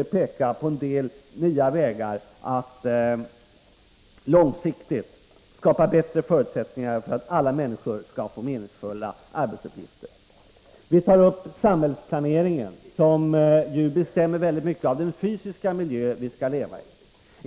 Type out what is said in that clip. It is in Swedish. och pekar på en del nya vägar att långsiktigt skapa bättre förutsättningar för att alla människor skall få meningsfulla arbetsuppgifter. Vi tar upp samhällsplaneringen, som ju bestämmer mycket av den fysiska miljö i vilken vi skall leva.